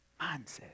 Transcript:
mindset